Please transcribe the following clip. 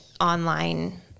online